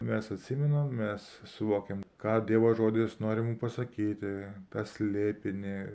mes atsimenam mes suvokiam ką dievo žodis nori mum pasakyti tą slėpinį